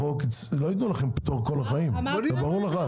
לא ייתנו לכם פטור כל החיים, זה ברור לך.